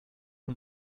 und